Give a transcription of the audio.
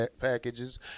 packages